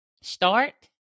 Start